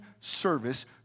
service